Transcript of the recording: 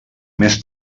més